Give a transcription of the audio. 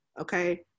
Okay